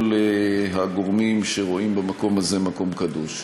הגורמים שרואים במקום הזה מקום קדוש.